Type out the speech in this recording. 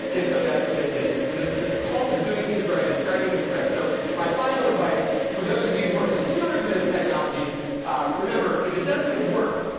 and so that's what they did. this this cult of doing things right is starting to spread. so, my final advice for those of you who are consumers of this technology remember, if it doesn't work,